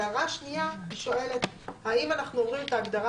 וההערה השנייה אני שואלת: האם אנחנו אומרים את ההגדרה